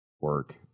work